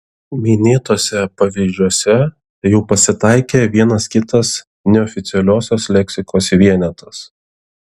minėtuose pavyzdžiuose jau pasitaikė vienas kitas neoficialiosios leksikos vienetas